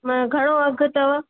हा घणो अघु अथव